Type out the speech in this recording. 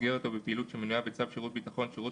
במסגרת או בפעילות שמנויה בצו שירות ביטחון (שירות